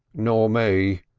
nor me,